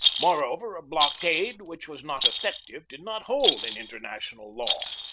moreover, a block ade which was not effective did not hold in inter national law.